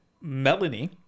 Melanie